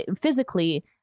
physically